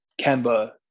Kemba